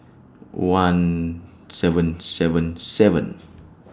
one seven seven seven